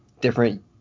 different